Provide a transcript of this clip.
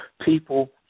People